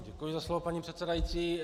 Děkuji za slovo, paní předsedající.